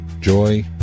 joy